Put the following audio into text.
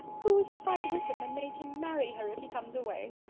who is to fight wickham, and make him marry her, if he comes away?